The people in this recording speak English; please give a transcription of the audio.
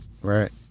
right